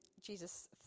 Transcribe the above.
Jesus